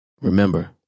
Remember